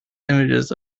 images